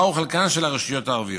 2. מהו חלקן של הרשויות הערביות?